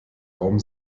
raum